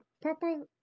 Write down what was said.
Purple